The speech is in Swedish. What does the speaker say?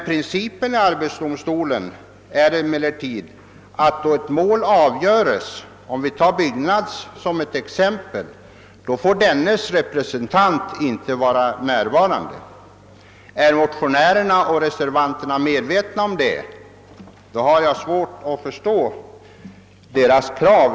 Principen i arbetsdomstolen är emellertid att när ett mål som rör exempelvis byggnadsfacket avgöres skall denna organisations representant inte vara närvarande. Om motionärerna och reservanterna är medvetna härom har jag verkligen svårt att förstå deras krav.